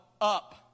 up